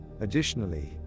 Additionally